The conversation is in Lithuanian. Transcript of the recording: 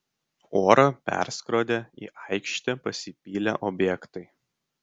orą perskrodė į aikštę pasipylę objektai